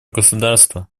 государство